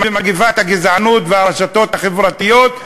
ומגפת הגזענות והרשתות החברתיות,